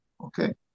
Okay